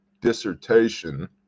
dissertation